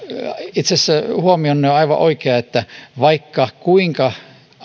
itse asiassa huomionne on aivan oikea vaikka kuinka